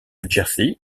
jerzy